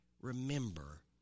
remember